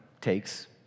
takes